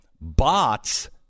Bots